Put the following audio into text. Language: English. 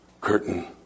Curtain